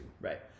Right